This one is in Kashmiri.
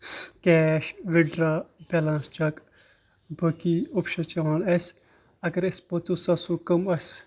کیش وِدڈرٛا بٮ۪لَنٛس چَک باقٕے اوٚپشَن چھِ یِوان اَسہِ اگر أسۍ پٔنٛژہ ساسو کَم آسہِ